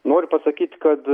noriu pasakyt kad